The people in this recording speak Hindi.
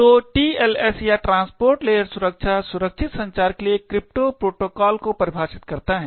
तो TLS या ट्रांसपोर्ट लेयर सुरक्षा सुरक्षित संचार के लिए एक क्रिप्टो प्रोटोकॉल को परिभाषित करता है